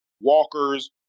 walkers